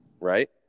Right